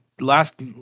last